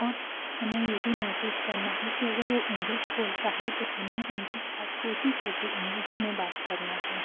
और हमें ये भी महसूस करना है कि अगर वो इंग्लिश बोलता है तो हमें उनके साथ टूटी फूटी इंग्लिश में बात करना है